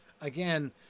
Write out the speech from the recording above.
Again